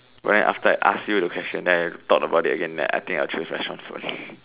but then after I ask you the question then I thought about it again then I think I would choose restaurant food